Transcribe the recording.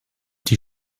die